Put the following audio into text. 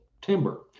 timber